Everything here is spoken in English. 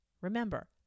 Remember